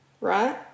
right